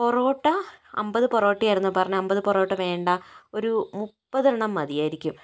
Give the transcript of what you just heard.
പൊറോട്ട അമ്പത് പൊറോട്ടയായിരുന്നു പറഞ്ഞത് അമ്പത് പൊറോട്ട വേണ്ട ഒരു മുപ്പതെണ്ണം മതിയായിരിക്കും